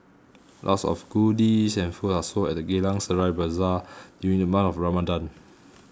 lots of goodies and food are sold at the Geylang Serai Bazaar during the month of Ramadan